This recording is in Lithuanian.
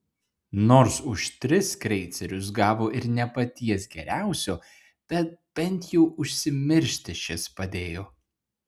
nors už tris kreicerius gavo ir ne paties geriausio bet bent jau užsimiršti šis padėjo